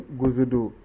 guzudu